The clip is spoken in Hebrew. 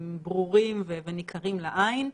ברורים וניכרים לעין.